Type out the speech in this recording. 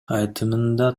айтымында